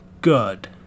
good